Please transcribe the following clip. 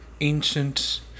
ancient